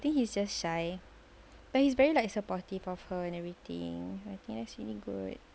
think he's just shy but he's very like supportive of her and everything I think that's really good